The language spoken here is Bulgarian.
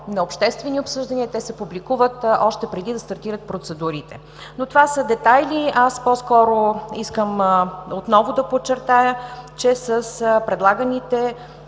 на обществени обсъждания. Те се публикуват още преди да стартират процедурите, но това са детайли. По-скоро искам отново да подчертая, че с предлаганите